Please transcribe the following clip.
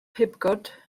pibgod